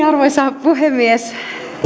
arvoisa puhemies